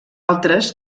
altres